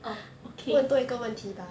orh okay